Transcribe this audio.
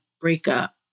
breakup